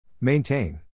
Maintain